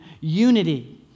unity